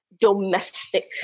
domestic